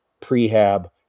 prehab